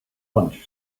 lunch